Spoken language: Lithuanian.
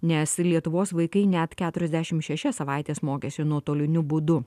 nes lietuvos vaikai net keturiasdešimt šešias savaites mokėsi nuotoliniu būdu